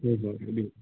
ꯍꯣꯏ ꯍꯣꯏ ꯍꯥꯏꯕꯤꯌꯨ